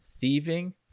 thieving